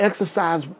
exercise